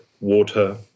water